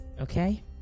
Okay